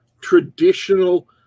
traditional